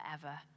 forever